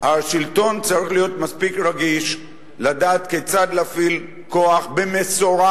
השלטון צריך להיות מספיק רגיש לדעת כיצד להפעיל כוח במשורה,